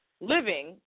living